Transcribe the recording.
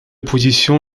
position